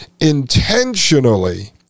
intentionally